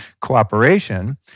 cooperation